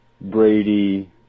Brady